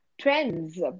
trends